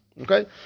Okay